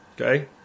Okay